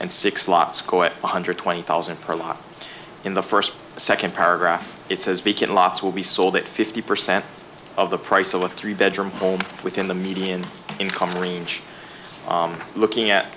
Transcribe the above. one hundred twenty thousand per lock in the first second paragraph it says vacant lots will be sold at fifty percent of the price of a three bedroom home within the median income range looking at